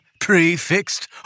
prefixed